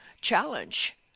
challenge